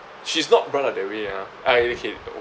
she's not brought up that way ah I okay